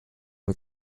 mit